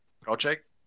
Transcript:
project